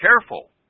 careful